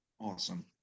awesome